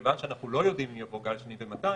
כיון שאנחנו לא יודעים אם יבוא גל שני ומתי,